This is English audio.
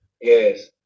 Yes